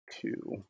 two